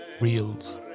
reels